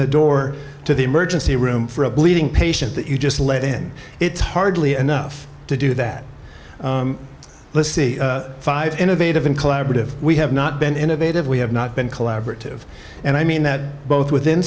the door to the emergency room for a bleeding patient that you just let in it's hardly enough to do that let's see five innovative in collaborative we have not been innovative we have not been collaborative and i mean that both w